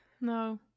No